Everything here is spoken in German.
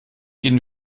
gehen